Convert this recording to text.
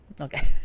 Okay